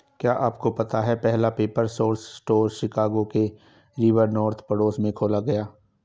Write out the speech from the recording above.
क्या आपको पता है पहला पेपर सोर्स स्टोर शिकागो के रिवर नॉर्थ पड़ोस में खोला गया?